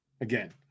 Again